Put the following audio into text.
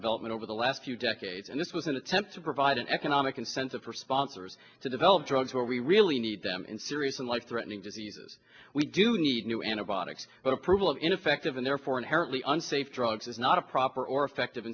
development over the last few decades and this was an attempt to provide an economic incentive for sponsors to develop drugs where we really need them in serious and like threatening diseases we do need new antibiotics but approval of ineffective and therefore inherently unsafe drugs is not a proper or effective